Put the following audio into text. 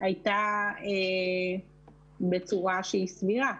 הייתה בצורה שהיא סבירה.